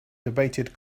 debated